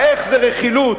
ה"איך" זה רכילות,